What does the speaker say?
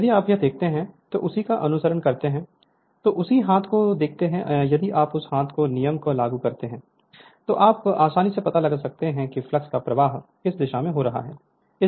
यदि आप यह देखते हैं और उसी का अनुसरण करते हैं तो उसी हाथ को देखते हैं यदि आप उस हाथ नियम को लागू करते हैं तो आप आसानी से पता लगा सकते हैं कि फ्लक्स का प्रवाह किस दिशा में हो रहा है